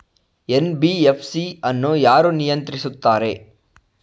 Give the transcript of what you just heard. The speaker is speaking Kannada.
ಎನ್.ಬಿ.ಎಫ್.ಸಿ ಅನ್ನು ಯಾರು ನಿಯಂತ್ರಿಸುತ್ತಾರೆ?